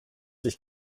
sich